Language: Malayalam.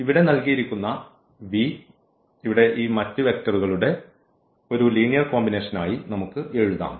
അതിനാൽ ഇവിടെ നൽകിയിരിക്കുന്ന v ഇവിടെ ഈ മറ്റ് വെക്റ്ററുകളുടെ ഒരു ലീനിയർ കോമ്പിനേഷൻ ആയി നമുക്ക് എഴുതാം